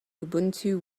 ubuntu